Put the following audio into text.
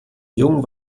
jung